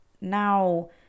Now